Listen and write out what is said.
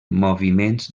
moviments